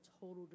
total